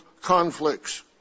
conflicts